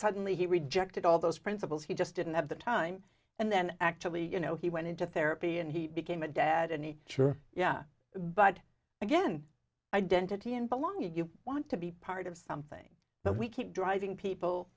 suddenly he rejected all those principles he just didn't have the time and then actually you know he went into therapy and he became a dad and he sure yeah but again identity and belonging you want to be part of something that we keep driving people